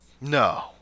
No